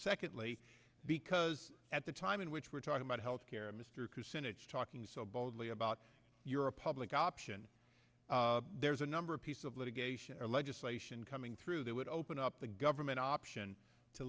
secondly because at the time in which we're talking about health care mr kusin it's talking so baldly about you're a public option there's a number of piece of litigation or legislation coming through that would open up the government option to